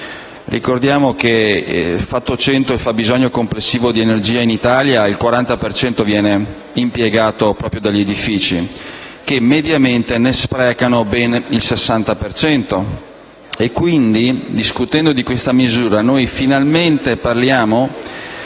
Ricordiamo che, fatto 100 il fabbisogno complessivo di energia in Italia, il 40 per cento viene impiegato proprio dagli edifici, che mediamente ne sprecano ben il 60